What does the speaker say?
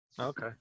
Okay